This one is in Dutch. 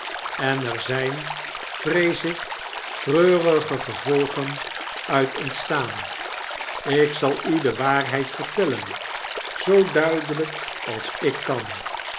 en er zyn vrees ik treurige gevolgen uit ontstaan ik zal u de waarheid vertellen zoo duidelyk als ik kan